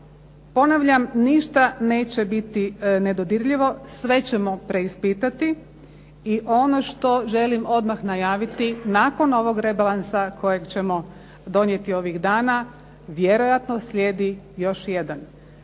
Ponavljam ništa neće biti nedodirljivo sve ćemo preispitati. I ono što želim odmah najaviti nakon ovog rebalansa kojeg ćemo donijeti ovih dana vjerojatno slijedi još jedan